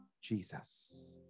Jesus